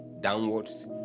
downwards